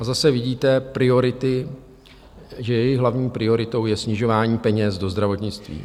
A zase vidíte priority, že jejich hlavní prioritou je snižování peněz do zdravotnictví.